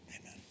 Amen